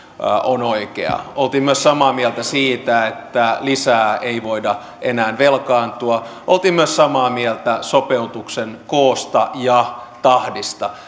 on oikea oltiin myös samaa mieltä siitä että lisää ei voida enää velkaantua oltiin myös samaa mieltä sopeutuksen koosta ja tahdista